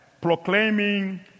proclaiming